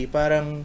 parang